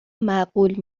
معقول